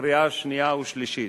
לקריאה שנייה ושלישית.